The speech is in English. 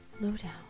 Lowdown